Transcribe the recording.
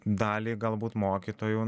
daliai galbūt mokytojų